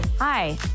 Hi